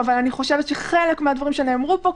אבל אני חושבת חלק מהדברים שנאמרו פה,